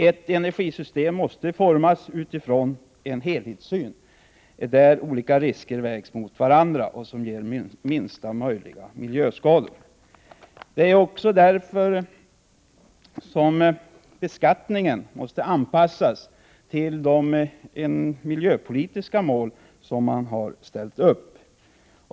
Ett energisystem måste formas utifrån en helhetssyn, där olika risker vägs mot varandra och som ger minsta möjliga miljöskador. Därför måste också beskattningen anpassas till de miljöpolitiska mål som man har ställt upp.